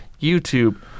YouTube